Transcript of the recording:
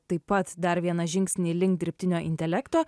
taip pat dar vieną žingsnį link dirbtinio intelekto